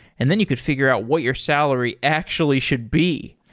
and then you could figure out what your salary actually should be.